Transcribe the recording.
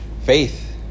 Faith